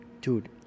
Dude